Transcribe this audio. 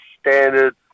standard